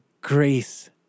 grace